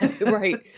right